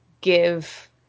give